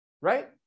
right